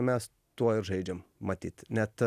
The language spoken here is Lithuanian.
mes tuo ir žaidžiam matyt net